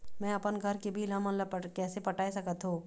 मैं अपन घर के बिल हमन ला कैसे पटाए सकत हो?